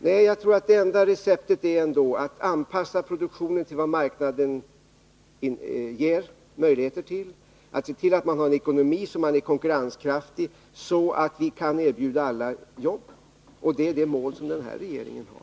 Jag tror ändå att det enda receptet är att anpassa produktionen till vad marknaden ger möjligheter till, att se till att man har en ekonomi så att man är konkurrenskraftig och så att man kan erbjuda alla jobb. Det är detta mål som den här regeringen har.